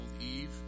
Eve